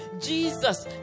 Jesus